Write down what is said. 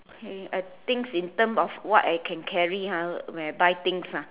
okay I think in terms of what I can carry ha when I buy things ah